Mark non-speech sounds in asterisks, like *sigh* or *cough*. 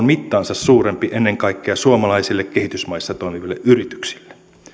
*unintelligible* mittaansa suurempi ennen kaikkea suomalaisille kehitysmaissa toimiville yrityksille